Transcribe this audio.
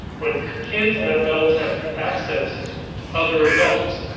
when kids and adults have access to other adults,